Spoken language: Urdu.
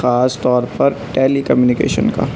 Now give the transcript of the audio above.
خاص طور پر ٹیلیکمیونیکیشن کا